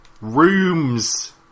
rooms